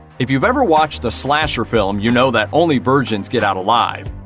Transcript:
if you've ever watched a slasher film, you know that only virgins get out alive.